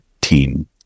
team